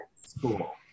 School